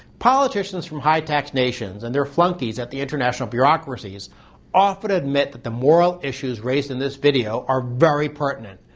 politicians from high-tax nations and their flunkies at the international bureaucracies often admit that the moral issues raised in this video are very pertinent.